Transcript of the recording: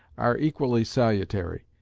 are equally salutary.